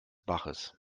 baches